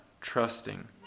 trusting